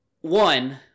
one